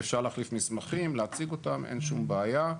אפשר להחליף מסמכים, להציג אותם, אין שום בעיה.